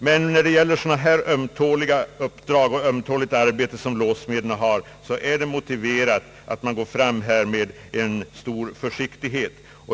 Men när det gäller så ömtåliga uppdrag som låssmedernas är det motiverat med ett undantag från den principen.